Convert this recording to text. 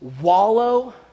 wallow